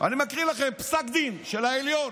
אני מקריא לכם פסק דין של העליון.